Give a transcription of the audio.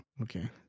okay